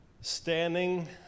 standing